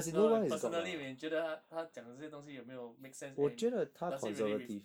no no personally when 你觉得他他讲的这些东西有没有 make sense and does it really refl~